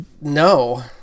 No